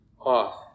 off